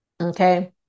Okay